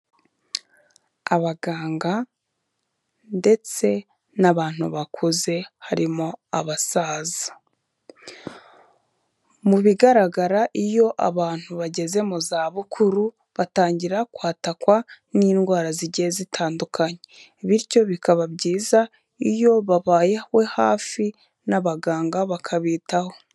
Abaganga ndetse n'abantu bakuze harimo abasaza, mu bigaragara iyo abantu bageze mu zabukuru batangira kwatakwa n'indwara zigiye zitandukanye bityo bikaba byiza iyo babayehwe hafi n'abaganga bakabitaho.